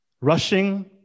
Rushing